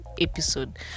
episode